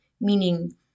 meaning